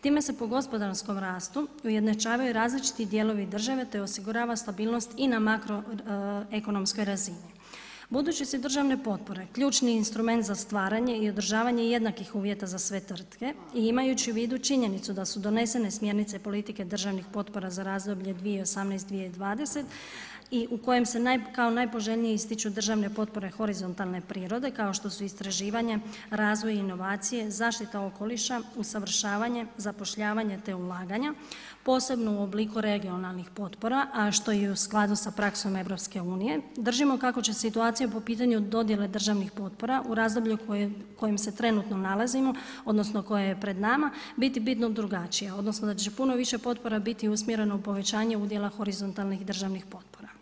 Time se po gospodarskom rastu ujednačavaju različiti dijelovi države te osigurava stabilnost i na makroekonomskoj razini budući su državne potpore ključni instrument za stvaranje i održavanje jednakih uvjeta za sve tvrtke i imajući u vidu činjenicu da su donesene smjernice politike državnih potpora za razdoblje 2018.-2020. i u kojem se kao najpoželjniji ističu državne potpore horizontalne prirode, kao što su istraživanja, razvoj inovacija, zaštita okoliša, usavršavanje, zapošljavanje te ulaganja, posebno u obliku regionalnih potpora a što je i u skladu sa praksom EU-a, držimo kao će situacija po pitanju dodjele državnih potpora u razdoblju u kojem se trenutno nalazimo, odnosno koje je pred nama biti bitno drugačije odnosno da će puno više potpora biti usmjereno povećanje udjela horizontalnih državnih potpora.